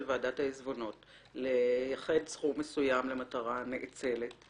ועדת העיזבונות לייחד סכום מסוים למטרה נאצלת,